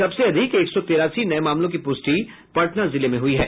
सबसे अधिक एक सौ तिरासी नये मामलों की पुष्टि पटना जिले में हुई है